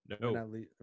No